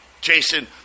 Jason